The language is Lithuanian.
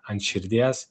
ant širdies